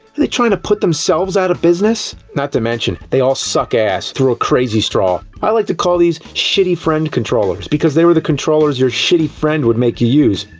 they tryna put themselves out of business? not to mention, they all suck ass through a crazy straw. straw. i like to call these shitty friend controllers, because they were the controllers your shitty friend would make you use.